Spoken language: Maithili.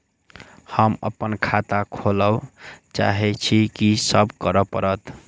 हम अप्पन खाता खोलब चाहै छी की सब करऽ पड़त?